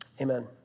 Amen